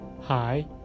Hi